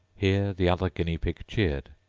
here the other guinea-pig cheered,